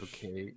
Okay